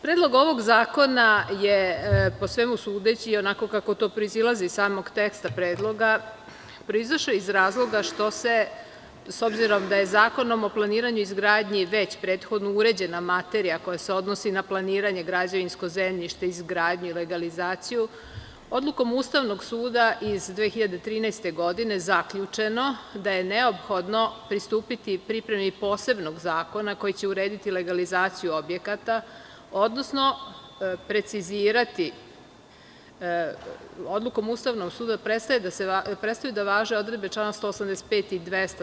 Predlog ovog zakona je po svemu sudeći i onako kako to proizilazi samog teksta predloga proizašao iz razloga što se, s obzirom da je Zakonom o planiranju i izgradnji već prethodno uređena materija koja se odnosi na planiranje, građevinsko zemljište, izgradnju i legalizaciju, odlukom Ustavnog suda iz 2013. godine zaključeno je da je neophodno pristupiti pripremi posebnog zakona koji će urediti legalizaciju objekata, odnosno precizirati, odlukom Ustavnog suda prestaju da važe odredbe člana 185. i 200.